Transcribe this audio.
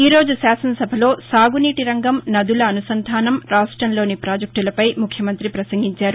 ఈ రోజు శాసనసభలో సాగునీటి రంగం నదుల అనుసంధానం రాష్టంలోని పాజెక్టులపై ముఖ్యమంత్రి ప్రసంగించారు